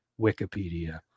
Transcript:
wikipedia